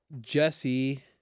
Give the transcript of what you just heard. Jesse